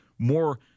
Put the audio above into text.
more